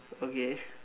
okay